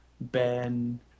Ben